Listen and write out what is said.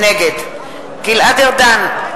נגד גלעד ארדן,